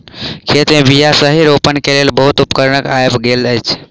खेत मे बीयाक सही रोपण के लेल बहुत उपकरण आइब गेल अछि